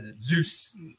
Zeus